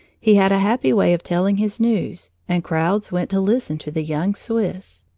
he had a happy way of telling his news, and crowds went to listen to the young swiss.